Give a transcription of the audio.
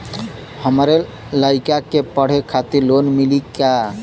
हमरे लयिका के पढ़े खातिर लोन मिलि का?